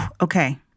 Okay